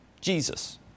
Jesus